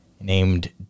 named